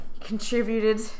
contributed